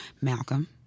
Malcolm